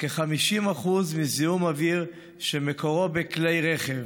כ-50% מזיהום אוויר שמקורו בכלי רכב,